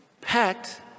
pet